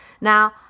Now